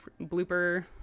blooper